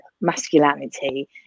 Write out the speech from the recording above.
masculinity